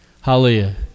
Hallelujah